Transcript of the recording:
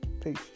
Peace